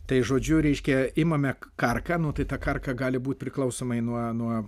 tai žodžiu reiškia imame karką nu tai ta karka gali būt priklausomai nuo nuo